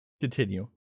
continue